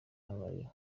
habayeho